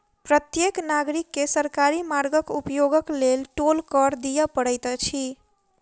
प्रत्येक नागरिक के सरकारी मार्गक उपयोगक लेल टोल कर दिअ पड़ैत अछि